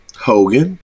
Hogan